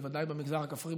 בוודאי במגזר הכפרי,